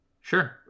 sure